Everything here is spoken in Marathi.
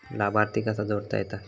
लाभार्थी कसा जोडता येता?